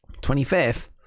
25th